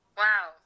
wow